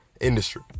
industry